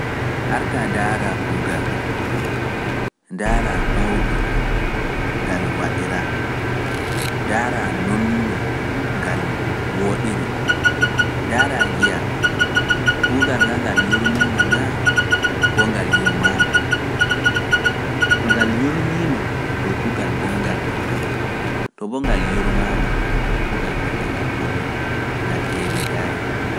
Arta ndaara kuugal ngal, ndaara baawɗe ngal waɗiraa, ndaara nonno ngal wooɗiri, ndaara ngiya kuugal ngal yurmiima naa ko ngal yurmaama, to ngal yurmiima to kuugal bonngal wonta ɗon, to bo ngal yurmaama to kuugal ngal e ngal horori, ngal heewidaayi.